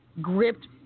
gripped